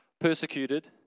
persecuted